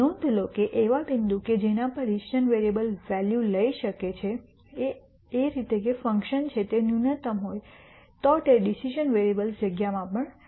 નોંધ લો કે એવા બિંદુ કે જેના પર ડિસિઝન વેરીએબલ્સ વૅલ્યુ લેઇ છે એ રીતે કે ફંકશન છે તે ન્યુનત્તમ હોય તો તે ડિસિઝન વેરીએબલ્સ જગ્યામાં પણ છે